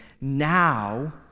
now